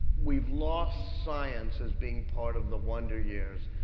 we've lost science as being part of the wonder years.